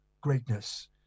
greatness